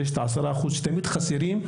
ויש את ה-10% שתמיד חסרים.